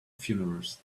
funerals